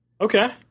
Okay